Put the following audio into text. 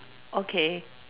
okay